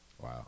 Wow